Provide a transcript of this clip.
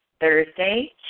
Thursday